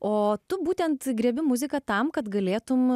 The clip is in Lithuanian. o tu būtent griebi muziką tam kad galėtum